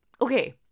okay